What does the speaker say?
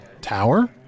tower